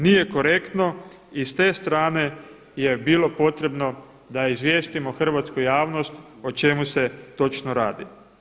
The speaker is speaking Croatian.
Nije korektno i s te strane je bilo potrebno da izvijestimo hrvatsku javnost o čemu se točno radi.